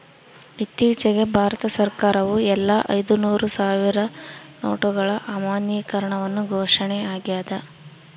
ಇತ್ತೀಚಿಗೆ ಭಾರತ ಸರ್ಕಾರವು ಎಲ್ಲಾ ಐದುನೂರು ಸಾವಿರ ನೋಟುಗಳ ಅಮಾನ್ಯೀಕರಣವನ್ನು ಘೋಷಣೆ ಆಗ್ಯಾದ